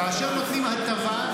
כאשר נותנים הטבה,